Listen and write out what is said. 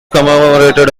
commemorated